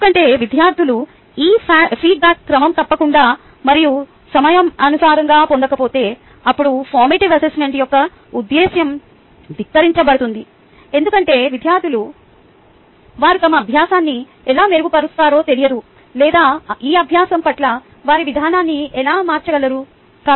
ఎందుకంటే విద్యార్థులు ఈ ఫీడ్బ్యాక్ క్రమం తప్పకుండా మరియు సమయానుసారంగా పొందకపోతే అప్పుడు ఫార్మాటివ్ అసెస్మెంట్ యొక్క ఉద్దేశ్యం ధిక్కరించబడుతుంది ఎందుకంటే విద్యార్థులకు వారు తమ అభ్యాసాన్ని ఎలా మెరుగుపరుస్తారో తెలియదు లేదా ఈ అభ్యాసం పట్ల వారి విధానాన్ని ఎలా మార్చగలరు